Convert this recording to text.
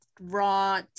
raw